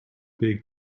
big